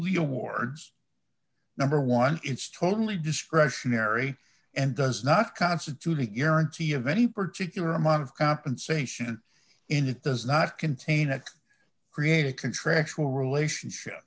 your wards number one it's totally discretionary and does not constitute a guarantee of any particular amount of compensation in it does not contain a create a contractual relationship